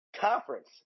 Conference